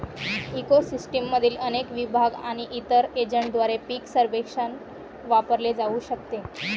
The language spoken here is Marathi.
इको सिस्टीममधील अनेक विभाग आणि इतर एजंटद्वारे पीक सर्वेक्षण वापरले जाऊ शकते